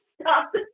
stop